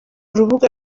rubuga